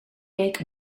week